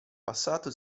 passato